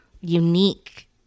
unique